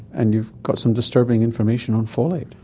and you've got some disturbing information on folate.